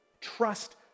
trust